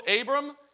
Abram